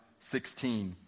16